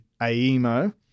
AEMO